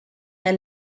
herr